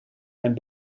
mijn